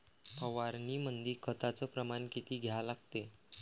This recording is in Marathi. फवारनीमंदी खताचं प्रमान किती घ्या लागते?